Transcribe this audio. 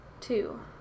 two